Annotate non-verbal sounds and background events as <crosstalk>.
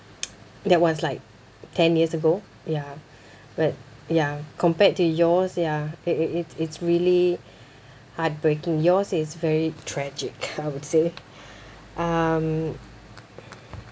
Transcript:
<noise> that was like ten years ago ya but ya compared to yours ya it it it it's really heartbreaking yours is very tragic I would say um